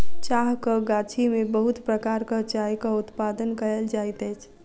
चाहक गाछी में बहुत प्रकारक चायक उत्पादन कयल जाइत अछि